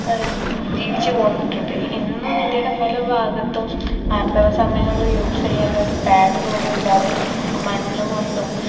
ജീവിച്ചു പോന്നിട്ടുണ്ട് ഇന്ന് ഇന്ത്യയുടെ പല ഭാഗത്തും ആര്ത്തവ സമയങ്ങളിൽ യൂസ് ചെയ്യാനൊരു പാഡ് പോലും ഇല്ലാതെ മണ്ണു കൊണ്ടും